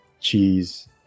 cheese